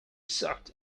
sucked